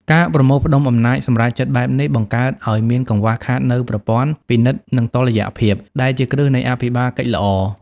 ការប្រមូលផ្ដុំអំណាចសម្រេចចិត្តបែបនេះ បង្កើតឱ្យមានកង្វះខាតនូវប្រព័ន្ធ "ពិនិត្យ និងតុល្យភាព" ដែលជាគ្រឹះនៃអភិបាលកិច្ចល្អ។